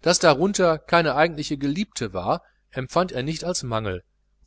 daß darunter keine eigentliche geliebte war empfand er nicht als mangel